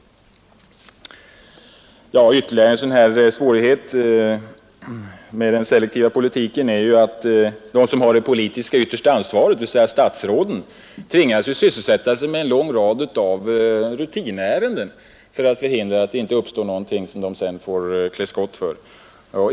Ytterligare en svårighet med den selektiva politiken är att de som nu har det yttersta politiska ansvaret, dvs. statsråden, tvingas att sysselsätta sig med en lång rad rutinärenden för att förhindra att det uppstår något som de sedan får klä skott för.